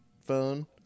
phone